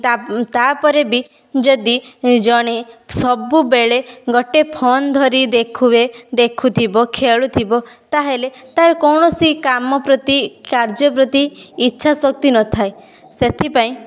ତା ତାପରେ ବି ଯଦି ଜଣେ ସବୁବେଳେ ଗୋଟେ ଫୋନ ଧରି ଦେଖ ହୁଏ ଦେଖୁଥିବ ଖେଳୁଥିବ ତାହେଲେ ତାର କୌଣସି କାମ ପ୍ରତି କାର୍ଯ୍ୟ ପ୍ରତି ଇଚ୍ଛାଶକ୍ତି ନଥାଏ ସେଥିପାଇଁ